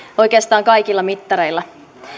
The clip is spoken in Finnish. oikeastaan kaikilla mittareilla